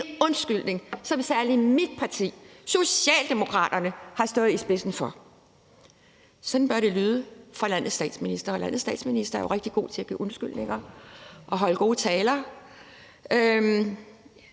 en undskyldning, som særlig mit parti, Socialdemokraterne, har stået i spidsen for. Sådan bør det lyde fra landets statsminister. Landets statsminister er jo rigtig god til at give undskyldninger og holde gode taler,